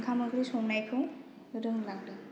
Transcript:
ओंखाम ओंख्रि संनायखौ रोंलांदों